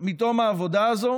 מתום העבודה הזאת